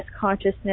Consciousness